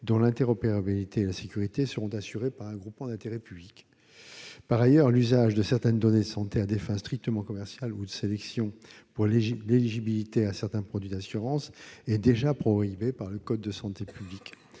dont l'interopérabilité et la sécurité seront assurées par un groupement d'intérêt public. Par ailleurs, l'usage de certaines données de santé à des fins strictement commerciales ou de sélection pour l'éligibilité à certains produits d'assurance est déjà prohibé par le code de la santé publique.